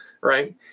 right